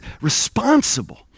responsible